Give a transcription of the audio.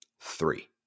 Three